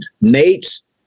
Nate's